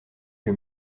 que